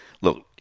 look